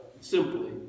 simply